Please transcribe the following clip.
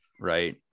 right